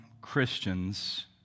Christians